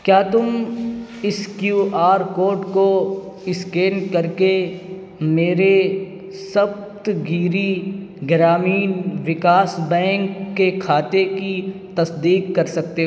کیا تم اس کیو آر کوڈ کو اسکین کر کے میرے سپت گیری گرامین وکاس بینک کے کھاتے کی تصدیق کر سکتے